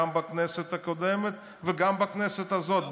גם בכנסת הקודמת וגם בכנסת הזאת.